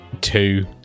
two